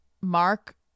Mark